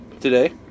today